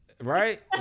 Right